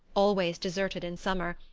always deserted in summer,